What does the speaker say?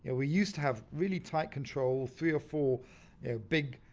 and we used to have really tight control, three or four big